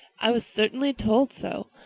i was certainly told so.